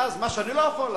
ואז מה שאני לא יכול,